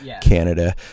Canada